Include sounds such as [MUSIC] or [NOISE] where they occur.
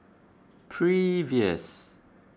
[NOISE] previous